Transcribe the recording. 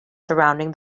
surrounding